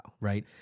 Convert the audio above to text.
right